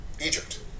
Egypt